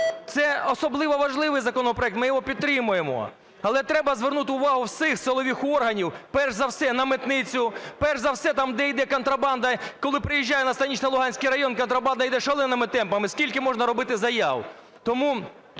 Це особливо важливий законопроект. Ми його підтримуємо. Але треба звернути увагу всіх силових органів перш за все на митницю, перш за все там, де йде контрабанда. Коли приїжджаю на Станично-Луганський район, контрабанда йде шаленими темпами. Скільки можна робити заяв? Тому